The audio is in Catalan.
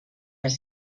les